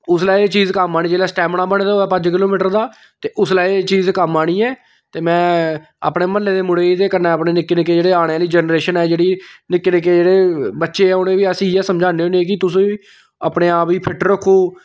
उसलै एह् चीज कम्म आनी जेल्लै स्टैमना बने दा होऐ पंज किलोमीटर दा ते उसै एह् चीज कम्म आनी ऐ ते मैं अपने म्हल्ले दे मुड़ें गी ते कन्नै अपने निक्के निक्के जेह्ड़ी आने आह्ली जनरेशन ऐ जेह्ड़ी निक्के निक्के जेह्ड़े बच्चे ऐ उ'नेंगी बी अस इ'यै समझाने होन्ने कि तुस बी अपने आप गी फिट रक्खो